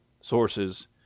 sources